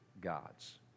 God's